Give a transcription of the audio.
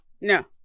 No